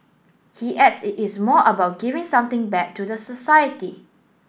he adds that it is more about giving something back to the society